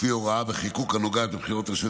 לפי הוראה בחיקוק הנוגעת לבחירות ברשויות